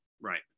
right